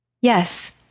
Yes